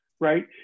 right